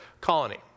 Colony